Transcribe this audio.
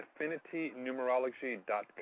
affinitynumerology.com